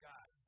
God